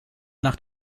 nach